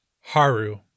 Haru